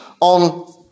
on